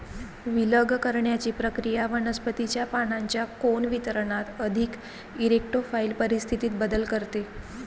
विलग करण्याची प्रक्रिया वनस्पतीच्या पानांच्या कोन वितरणात अधिक इरेक्टोफाइल परिस्थितीत बदल करते